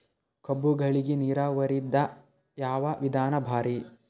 ಕಬ್ಬುಗಳಿಗಿ ನೀರಾವರಿದ ಯಾವ ವಿಧಾನ ಭಾರಿ?